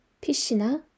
PC나